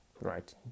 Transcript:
right